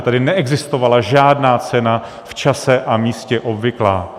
Tady neexistovala žádná cena v čase a místě obvyklá.